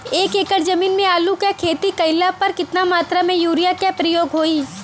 एक एकड़ जमीन में आलू क खेती कइला पर कितना मात्रा में यूरिया क प्रयोग होई?